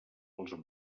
als